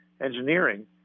engineering